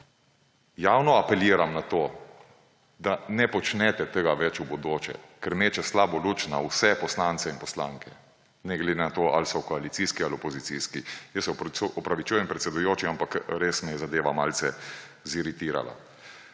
javno apeliram na to, da ne počnete tega več v bodoče, ker meče slabo luč na vse poslance in poslanke, ne glede na to, ali so koalicijski ali opozicijski. Jaz se opravičujem, predsedujoči, ampak res me je zadeva malce ziritirala.